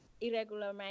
irregular